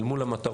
אל מול המטרות,